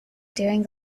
during